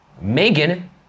Megan